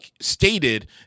stated